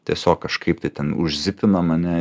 tiesiog kažkaip tai ten užzipinam ane